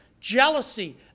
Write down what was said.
jealousy